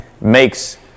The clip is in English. makes